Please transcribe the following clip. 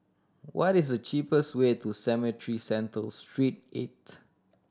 what is the cheapest way to Cemetry Central Street Eight